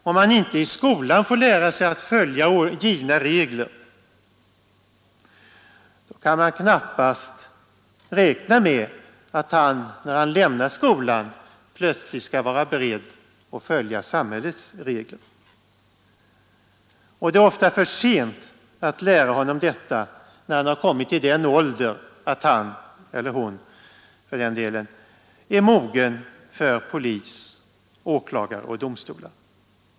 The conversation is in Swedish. Om han inte i skolan får lära sig att följa givna regler, kan man knappast räkna med att han, när han lämnar skolan, plötsligt skall vara beredd att följa samhällets regler. När han kommit till den ålder, då han — och för den delen även hon — är mogen för polis, åklagare och domstolar, är det ofta för sent att lära honom detta.